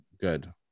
Good